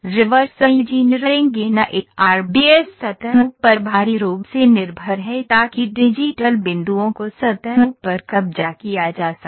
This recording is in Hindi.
रिवर्स इंजीनियरिंग एनआईआरबीएस सतहों पर भारी रूप से निर्भर है ताकि डिजीटल बिंदुओं को सतहों पर कब्जा किया जा सके